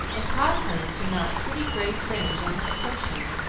and taught her to knot pretty gray fringe on a cushion,